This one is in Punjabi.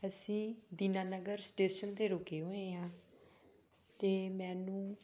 ਅਸੀਂ ਦੀਨਾਨਗਰ ਸਟੇਸ਼ਨ 'ਤੇ ਰੁਕੇ ਹੋਏ ਹਾਂ ਅਤੇ ਮੈਨੂੰ